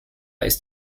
ist